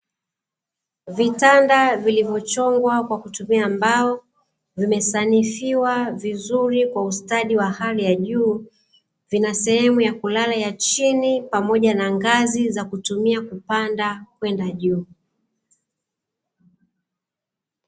Vitanda vilivyochongwa kwa kutumia mbao vimesanifiwa vizuri kwa ustadi wa hali ya juu, vinasehemu ya kulala ya chini pamoja na ngazi za kutumia kupanda kwenda juu.